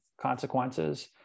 consequences